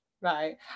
right